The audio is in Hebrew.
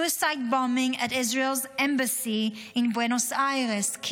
suicide bombing at Israel's Embassy in Buenos Aires,